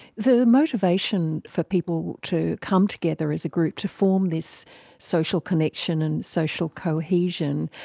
the motivation for people to come together as a group to form this social connection and social cohesion,